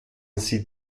sie